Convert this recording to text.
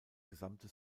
gesamte